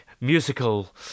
musical